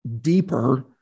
deeper